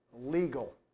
legal